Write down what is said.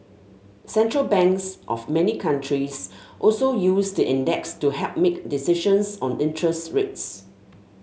central banks of many countries also use the index to help make decisions on interest rates